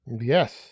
Yes